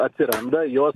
atsiranda jos